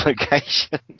location